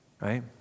right